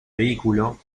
vehículo